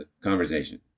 conversation